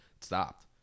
stopped